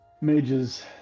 mages